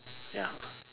ya